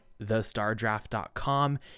thestardraft.com